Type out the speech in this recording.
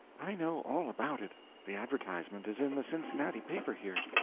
i know all about it the advertisement is in the cincinnati paper here.